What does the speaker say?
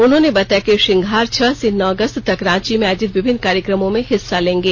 उन्होंने बताया कि श्री सिंघार छह से नौ अगस्त तक रांची में आयोजित विभिन्न कार्यक्रमों में हिस्सा लेंगे